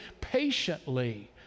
patiently